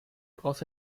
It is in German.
brauchst